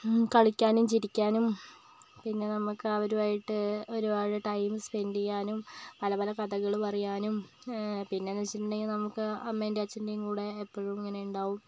കളിക്കാനും ചിരിക്കാനും പിന്നെ നമുക്ക് അവരുമായിട്ട് ഒരുപാട് ടൈം സ്പെൻഡ് ചെയ്യാനും പല പല കഥകൾ പറയാനും പിന്നെയെന്ന് വെച്ചിട്ടുണ്ടെങ്കിൽ നമുക്ക് അമ്മേന്റെയും അച്ഛന്റെയും കൂടെ എപ്പോഴും ഇങ്ങനെയുണ്ടാകും